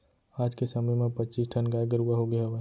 आज के समे म पच्चीस ठन गाय गरूवा होगे हवय